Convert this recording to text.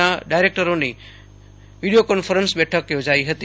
ના ડાયરેકટરોની video conference બેઠક યોજાઈ હતી